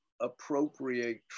appropriate